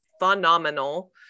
phenomenal